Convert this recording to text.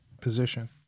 position